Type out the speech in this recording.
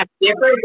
different